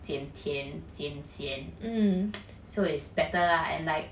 减甜减咸 so it's better and like